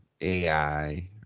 AI